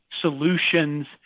solutions